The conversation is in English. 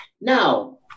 Now